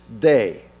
day